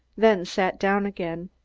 then sat down again